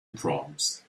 proms